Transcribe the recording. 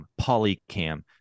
Polycam